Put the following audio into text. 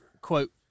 quote